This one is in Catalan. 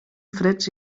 freds